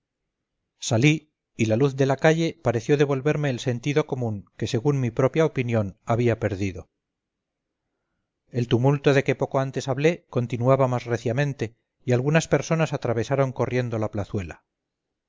salí y la luz de la calle pareció devolverme el sentido común que según mi propia opinión habíaperdido el tumulto de que poco antes hablé continuaba más reciamente y algunas personas atravesaron corriendo la plazuela